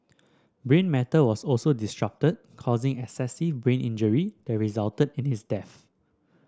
brain matter was also disrupted causing excessive brain injury that resulted in his death